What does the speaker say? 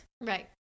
right